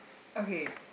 okay